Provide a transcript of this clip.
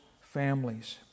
families